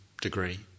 degree